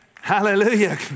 Hallelujah